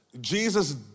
Jesus